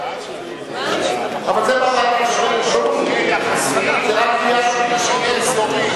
ההצעה שלי ששליש יהיה יחסי ושליש יהיה אזורי,